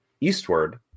eastward